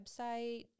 website